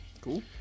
Cool